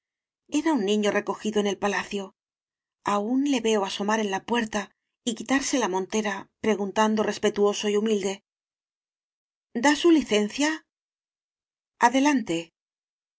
era un niño recogido en el palacio aún le veo asomar en la puer ta y quitarse la montera preguntando res petuoso y humilde da su licencia adelante